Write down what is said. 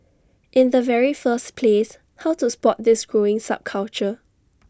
in the very first place how to spot this growing subculture